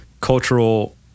cultural